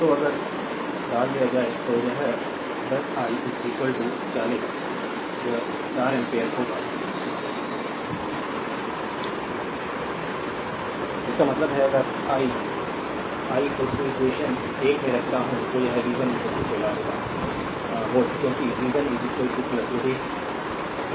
तो अगर डाल दिया जाए तो यह 10 i 40 your i 4 एम्पियर होगा इसका मतलब है अगर आई 1 इक्वेशन 1 में रखता हूं तो यह v 1 16 होगा वोल्ट क्योंकि v 1 यदि your 4 i